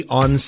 on